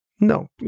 No